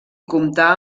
comptar